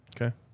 Okay